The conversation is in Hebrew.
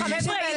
חבר'ה,